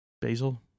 Basil